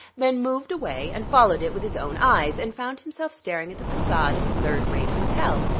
then, moved away and followed it with his own eyes and found himself staring at the facade of a third-rate hotel.